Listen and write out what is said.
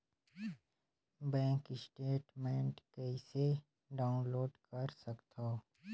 Bank statement कइसे download कर सकथव?